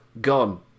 gone